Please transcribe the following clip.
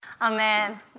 Amen